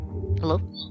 Hello